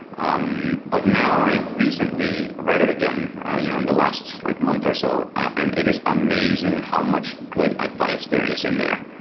um but now i recently read it again you know in the last like month or so, and it is amazing how much good advice there is in there.